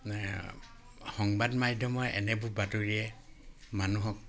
সংবাদ মাধ্যমৰ এনেবোৰ বাতৰিয়ে মানুহক